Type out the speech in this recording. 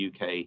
UK